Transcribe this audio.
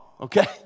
Okay